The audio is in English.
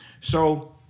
So-